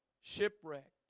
shipwrecked